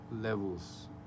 levels